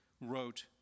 wrote